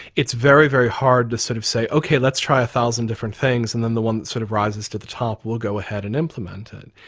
it's very, very hard to sort of say, okay, let's try one thousand different things, and then the one that sort of rises to the top, we'll go ahead and implement it.